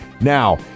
Now